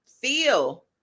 feel